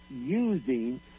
using